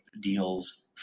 deals